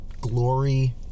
glory